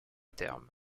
terme